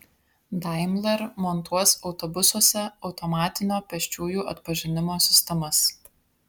daimler montuos autobusuose automatinio pėsčiųjų atpažinimo sistemas